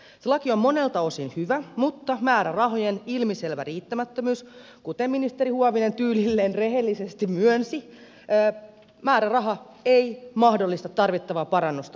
se laki on monelta osin hyvä mutta määrärahojen ilmiselvä riittämättömyys kuten ministeri huovinen tyylilleen rehellisesti myönsi ei mahdollista tarvittavaa parannusta nykytilaan